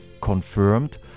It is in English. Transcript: confirmed